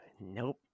Nope